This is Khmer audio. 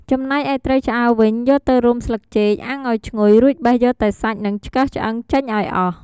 ចំណែកឯត្រីឆ្អើរវិញ យកទៅរុំស្លឹកចេកអាំងឱ្យឈ្ងុយ រួចបេះយកតែសាច់និងឆ្កឹះឆ្អឹងចេញឱ្យអស់។